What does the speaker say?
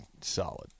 solid